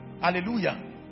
Hallelujah